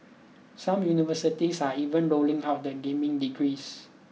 some universities are even rolling out the gaming degrees